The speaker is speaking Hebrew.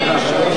אני אומר לך,